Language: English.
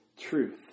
truth